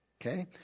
okay